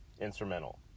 instrumental